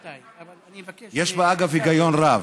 יש בה, אגב, היגיון רב,